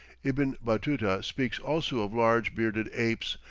ibn batuta speaks also of large bearded apes,